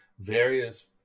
Various